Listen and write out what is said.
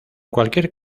cualquier